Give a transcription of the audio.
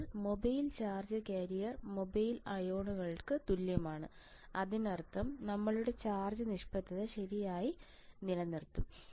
ഇപ്പോൾ mobile charge carrier mobile അയോണുകൾക്ക് തുല്യമാണ് അതിനർത്ഥം ഞങ്ങളുടെ ചാർജ് നിഷ്പക്ഷത ശരിയായി നിലനിർത്തും